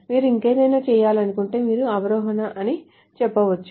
మీరు ఇంకేదైనా చేయాలనుకుంటే మీరు అవరోహణ అని చెప్పవచ్చు